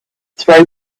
throw